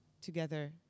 together